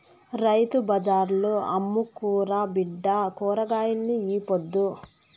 రైతు బజార్ల అమ్ముకురా బిడ్డా కూరగాయల్ని ఈ పొద్దు